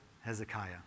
Hezekiah